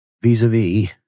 vis-a-vis